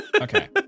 okay